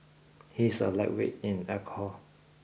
he is a lightweight in alcohol